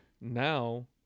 Now